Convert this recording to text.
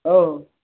ହଉ